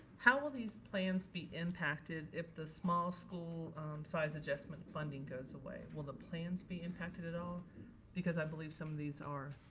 how will these plans be impacted if the small school size adjustment funding goes away? will the plans be impacted at all because i believe some of these are